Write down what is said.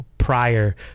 prior